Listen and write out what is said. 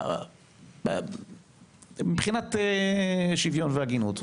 מבחינת שוויון והגינות.